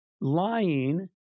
Lying